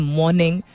morning